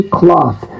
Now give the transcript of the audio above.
cloth